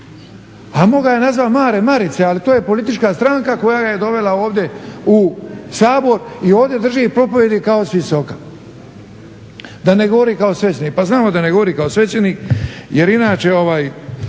a mogao ju je nazvat "Mare Marice", ali to je politička stranka koja ga je dovela ovdje u Sabor i ovdje drži propovjedi kao s visoka. Da ne govori kao svećenik, pa znamo da ne govori kao svećenik jer inače